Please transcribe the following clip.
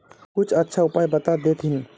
कुछ अच्छा उपाय बता देतहिन?